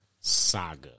saga